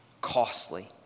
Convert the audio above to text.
costly